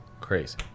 crazy